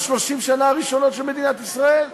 ל-30 שנה הראשונות של מדינת ישראל.